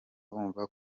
bumva